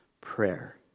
prayer